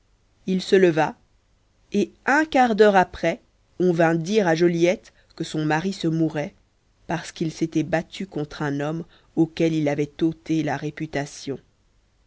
il se leva et un quart d'heure après on vint dire à joliette que son mari se mourait parce qu'il s'était battu contre un homme auquel il avait ôté la réputation